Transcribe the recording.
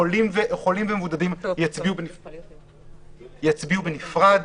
חולים ומבודדים יצביעו בנפרד.